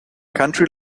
country